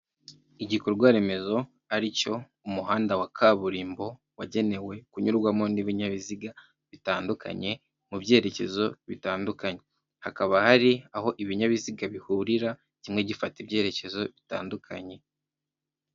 Igikorwaremezo ari cyo umuhanda wa kaburimbo wagenewe kunyurwamo n'ibinyabiziga bitandukanye mu byerekezo bitandukanye, hakaba hari aho ibinyabiziga bihurira kimwe gifata ibyekezo bitandukanye.